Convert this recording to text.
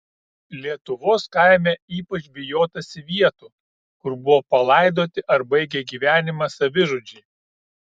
lietuvos kaime ypač bijotasi vietų kur buvo palaidoti ar baigė gyvenimą savižudžiai